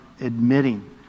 admitting